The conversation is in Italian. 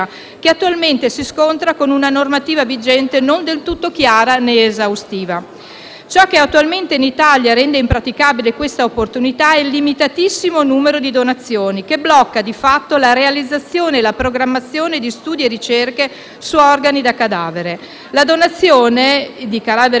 che attualmente si scontra con una normativa vigente non del tutto chiara né esaustiva. Ciò che attualmente in Italia rende impraticabile questa opportunità è il limitatissimo numero di donazioni, che blocca di fatto la realizzazione e la programmazione di studi e ricerche su organi da cadavere. La donazione di cadavere